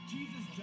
Jesus